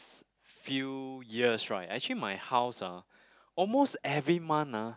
few years right actually my house ah almost every month ah